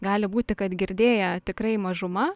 gali būti kad girdėję tikrai mažuma